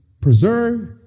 preserve